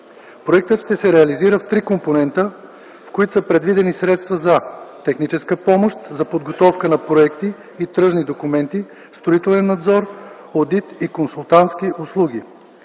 Проектът ще се реализира в три компонента, в които са предвидени средства за: техническа помощ за подготовка на проекти и тръжни документи, строителен надзор, одит и консултантски услуги;